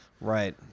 Right